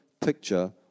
picture